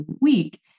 week